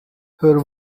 her